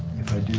if i do